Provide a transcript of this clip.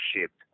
shipped